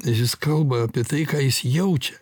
ir jis kalba apie tai ką jis jaučia